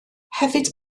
hefyd